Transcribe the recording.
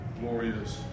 glorious